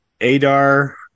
Adar